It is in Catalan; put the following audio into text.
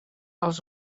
els